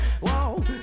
Whoa